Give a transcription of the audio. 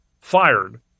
fired